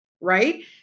right